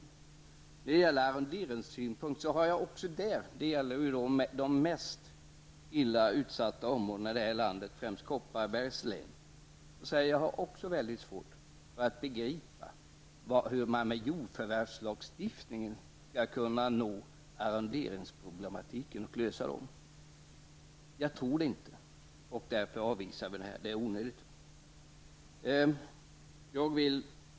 När det gäller de mest utsatta områdena i det här landet från arrenderingssynpunkt, främst Kopparbergs län, har jag också svårt att begripa hur man med jordförvärvslagstiftningen skall kunna lösa arrenderingsproblemen. Jag har svårt att tro att det går. Vi ställer oss avvisande till detta, eftersom det är onödigt. Fru talman!